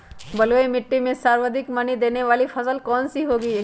बलुई मिट्टी में सर्वाधिक मनी देने वाली फसल कौन सी होंगी?